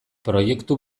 proiektu